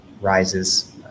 rises